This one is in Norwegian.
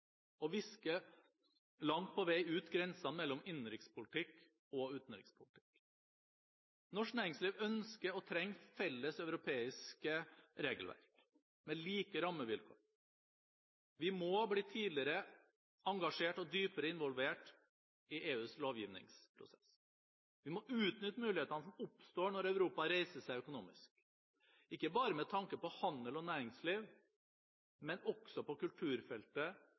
langt på vei ut grensene mellom innenrikspolitikk og utenrikspolitikk. Norsk næringsliv ønsker og trenger felles europeiske regelverk, med like rammevilkår. Vi må bli tidligere engasjert og dypere involvert i EUs lovgivningsprosess. Vi må utnytte mulighetene som oppstår når Europa reiser seg økonomisk – ikke bare med tanke på handel og næringsliv, men også på kulturfeltet,